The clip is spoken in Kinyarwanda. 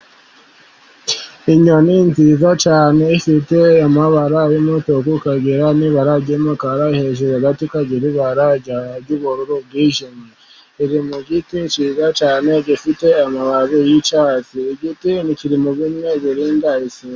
Inyoni nziza cyane ifite amabara y'umutuku ikagira n'ibara ry'umukara, hejuru gato ikagira ibara ry'ubururu bwijimye. Iri mu giti kiza cyane, gifite amababi y'icyatsi. Igiti kiri mu bimera birinda isuri.